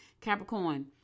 Capricorn